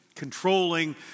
controlling